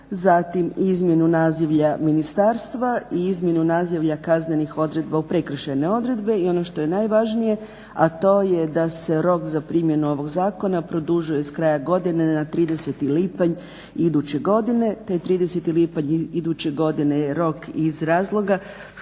zamjenu izmjenu nazivlja ministarstva i izmjenu nazivlja kaznenih odredba u prekršajne odredbe i ono što je najvažnije, a to je da se rok za primjenu ovog zakona produžuje s kraja godine na 30.lipanj iduće godine te 30.lipanj iduće je godine je rok iz razloga što